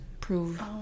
prove